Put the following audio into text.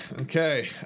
Okay